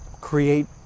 create